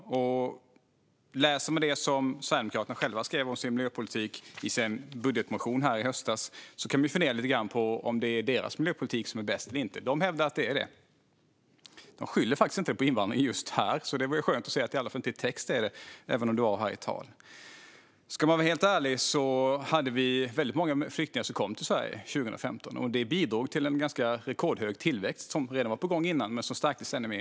Vi kan läsa det som Sverigedemokraterna skrev om sin miljöpolitik i sin budgetmotion i höstas. Vi kan fundera lite grann på om det är deras miljöpolitik som är bäst eller inte. De hävdar att den är det. De skyller faktiskt inte på invandringen just här. Det är skönt att det i alla fall inte finns i texten, även om det togs upp i tal. Ska man vara helt ärlig kom det väldigt många flyktingar till Sverige 2015. Det bidrog till en rekordhög tillväxt. Den var på gång redan tidigare, men den stärktes ännu mer.